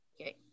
Okay